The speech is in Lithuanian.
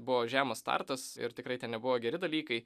buvo žemas startas ir tikrai ten nebuvo geri dalykai